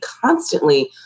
constantly